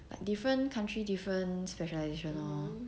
but different country different specialisation lor